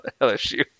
LSU